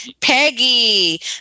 Peggy